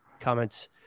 comments